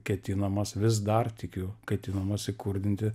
ketinamas vis dar tikiu ketinamas įkurdinti